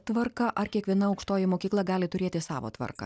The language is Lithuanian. tvarka ar kiekviena aukštoji mokykla gali turėti savo tvarką